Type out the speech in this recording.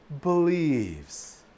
believes